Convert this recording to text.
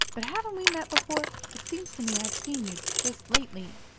but haven't we met before? it seems to me i've seen you just lately